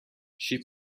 she